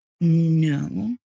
no